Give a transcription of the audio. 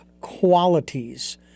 qualities